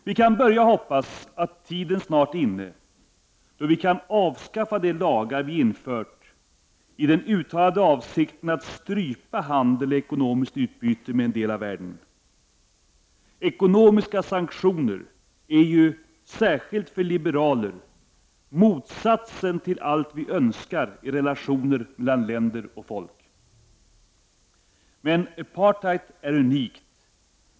Vi kan börja hoppas att tiden snart är inne, då vi kan avskaffa de lagar vi infört i den uttalade avsikten att strypa handel och ekonomiskt utbyte med en del av världen. Ekonomiska sanktioner är ju, särskilt för liberaler, motsatsen till allt vad vi önskar i relationerna mellan länder och folk. Men apartheid är unikt.